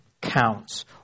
counts